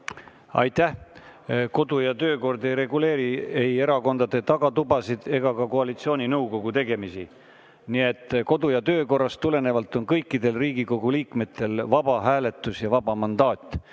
Aitäh! Kodu- ja töökord ei reguleeri ei erakondade tagatubasid ega ka koalitsiooninõukogu tegemisi. Nii et kodu- ja töökorrast tulenevalt on kõikidel Riigikogu liikmetel vaba hääletus ja vaba mandaat,